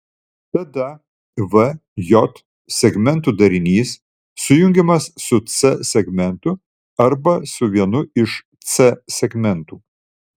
tada v j segmentų darinys sujungiamas su c segmentu arba su vienu iš c segmentų